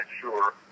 sure